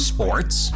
Sports